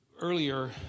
earlier